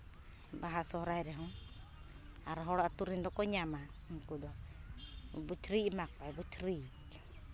ᱵᱟᱦᱟ ᱥᱚᱦᱚᱨᱟᱭ ᱨᱮᱦᱚᱸ ᱟᱨ ᱦᱚᱲ ᱟᱹᱛᱩ ᱨᱮᱱ ᱫᱚᱠᱚ ᱧᱟᱢᱟ ᱩᱱᱠᱩ ᱫᱚ ᱵᱩᱪᱷᱨᱤ ᱮᱢᱟ ᱠᱚᱣᱟᱭ ᱵᱩᱪᱷᱨᱤ